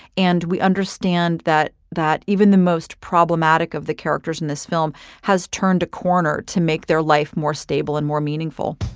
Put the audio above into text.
and we understand that that even the most problematic of the characters in this film has turned a corner to make their life more stable and more meaningful